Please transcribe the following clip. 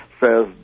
Says